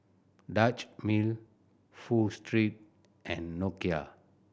Dutch Mill Pho Street and Nokia